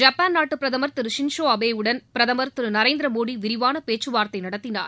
Japan நாட்டு பிரதமர் திரு ஷின்சோ அபேயுடன் பிரதமர் திரு நரேந்திர மோடி விரிவான பேச்சுவார்த்தை நடத்தினார்